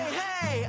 hey